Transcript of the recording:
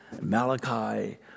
Malachi